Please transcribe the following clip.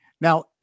Now